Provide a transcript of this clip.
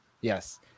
Yes